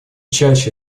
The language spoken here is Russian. чаще